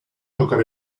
tocar